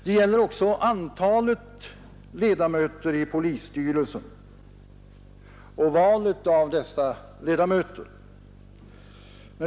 Den gäller även antalet ledamöter i polisstyrelsen och valet av dessa ledamöter.